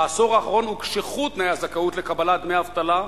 בעשור האחרון הוקשחו תנאי הזכאות לקבלת דמי אבטלה,